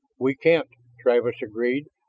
we can't, travis agreed.